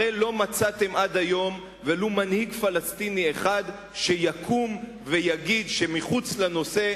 הרי לא מצאתם עד היום ולו מנהיג פלסטיני אחד שיקום ויגיד שמחוץ לנושא,